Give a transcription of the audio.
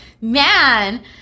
man